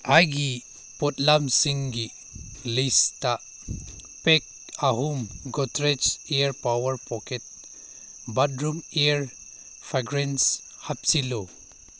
ꯑꯩꯒꯤ ꯄꯣꯠꯂꯝꯁꯤꯡꯒꯤ list pack ꯑꯍꯨꯝ Godrej air power pocket bathroom air fragrance ꯍꯥꯞꯆꯤꯜꯂꯨ